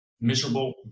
Miserable